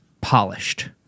polished